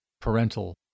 parental